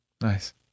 nice